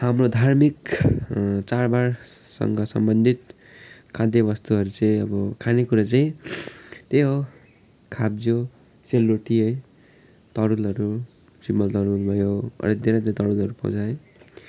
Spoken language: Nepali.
हाम्रो धार्मिक चाड बाडसँग सम्बन्धित खाद्य वस्तुहरू चाहिँ अब खानेकुरा चाहिँ त्यही हो खाब्ज्यो सेलरोटी है तरुलहरू सिमल तरुल भयो अनि धेरै धेरै तरुलहरू पाउँछ है